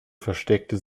versteckte